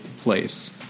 place